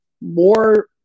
more